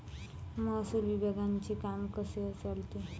महसूल विभागाचे काम कसे चालते?